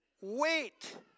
wait